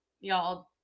y'all